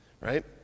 Right